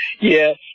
yes